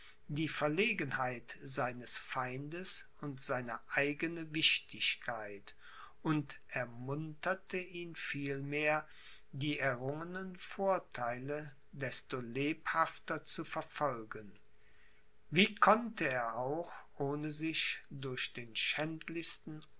die verlegenheit seines feindes und seine eigene wichtigkeit und ermunterte ihn vielmehr die errungenen vortheile desto lebhafter zu verfolgen wie konnte er auch ohne sich durch den schändlichsten